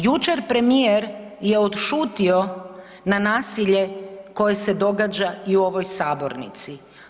Jučer premijer je odšutio na nasilje koje se događa i u ovoj sabornici.